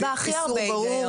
יש בה הכי הרבה היגיון.